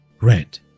Red